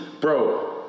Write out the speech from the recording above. bro